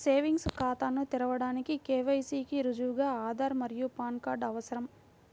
savings ఖాతాను తెరవడానికి KYC కి రుజువుగా ఆధార్ మరియు పాన్ కార్డ్ అవసరం